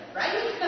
right